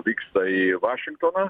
vyksta į vašingtoną